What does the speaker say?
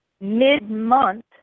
mid-month